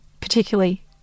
particularly